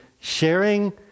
sharing